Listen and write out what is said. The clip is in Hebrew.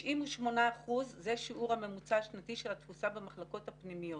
98% זה שיעור הממוצע השנתי של התפוסה במחלקות הפנימיות.